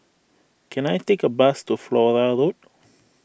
can I take a bus to Flora Road